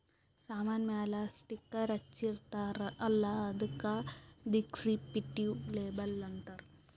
ಸಾಮಾನ್ ಮ್ಯಾಲ ಸ್ಟಿಕ್ಕರ್ ಹಚ್ಚಿರ್ತಾರ್ ಅಲ್ಲ ಅದ್ದುಕ ದಿಸ್ಕ್ರಿಪ್ಟಿವ್ ಲೇಬಲ್ ಅಂತಾರ್